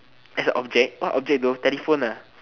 as a object what object though telephone ah